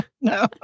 No